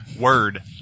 word